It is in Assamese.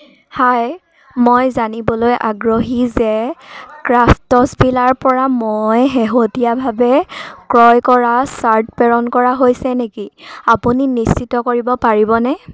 হাই মই জানিবলৈ আগ্ৰহী যে ক্ৰাফ্টছভিলাৰপৰা মই শেহতীয়াভাৱে ক্ৰয় কৰা শ্বাৰ্ট প্ৰেৰণ কৰা হৈছে নেকি আপুনি নিশ্চিত কৰিব পাৰিবনে